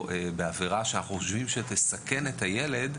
עבירה זו מינהלית שתסכן את הילד,